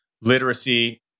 literacy